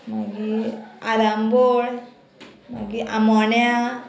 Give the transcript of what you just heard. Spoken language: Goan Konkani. मागी आरंबळ मागी आमोण्या